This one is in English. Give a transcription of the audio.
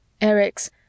Erics